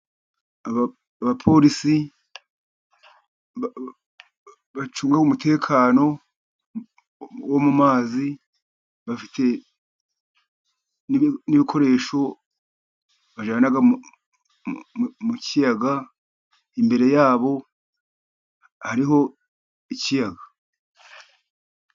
Abapolisi bacunga umutekano wo mu mazi, bafite n'ibikoresho bajyana mu kiyaga. Imbere yabo hariho ikiyaga.